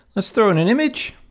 let's throw in an image.